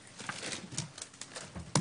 12:59.